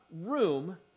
room